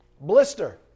Blister